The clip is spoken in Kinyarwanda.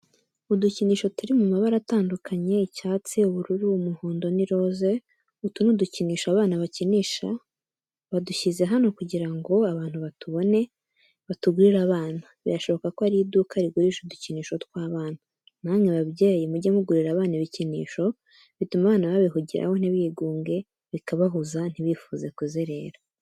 Udukinisho turi mu mabara atandukanye, icyatsi, ubururu, umuhondo n'iroze, utu ni udukinisho abana bakinisha badushyize hano kugira ngo abantu batubone, batugurire abana. Birashoboka ko ari iduka rigurisha udukinisho tw'abana. Namwe babyeyi mujye mugurira abana ibikinisho bituma abana babihugiraho ntibigunge bikabahuza ntibifuze kuzerera.